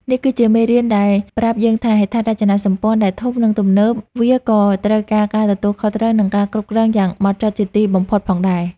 នេះគឺជាមេរៀនដែលប្រាប់យើងថា ហេដ្ឋារចនាសម្ព័ន្ធដែលធំ និងទំនើប វាក៏ត្រូវការការទទួលខុសត្រូវ និងការគ្រប់គ្រងយ៉ាងហ្មត់ចត់ជាទីបំផុតផងដែរ។